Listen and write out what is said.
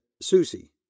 Susie